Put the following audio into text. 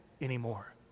anymore